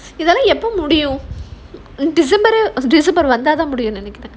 இதெல்லாம் எப்போ முடியும்:idhellaam eppo mudiyum in december december வந்தா முடியும்னு நெனைக்கிறேன்:vanthaa mudiyumnu nenaikkiraen